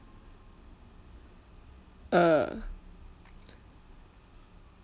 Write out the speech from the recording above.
uh